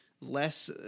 less